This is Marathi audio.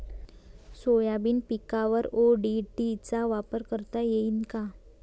सोयाबीन पिकावर ओ.डी.टी चा वापर करता येईन का?